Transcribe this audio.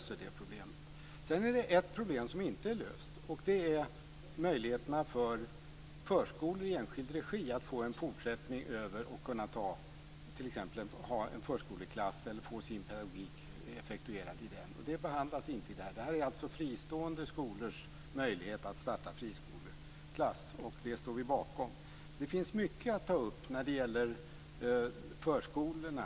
Sedan finns det ett problem som inte är löst, nämligen möjligheterna för förskolor i enskild regi att effektuera sin pedagogik i en förskoleklass. Det behandlas inte i det här betänkandet. Här handlar det om fristående skolors möjligheter att starta förskoleklass. Vi står bakom det förslaget. Det finns mycket att ta upp i fråga om förskolor.